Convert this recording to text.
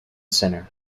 center